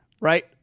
Right